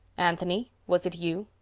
anthony, was it you?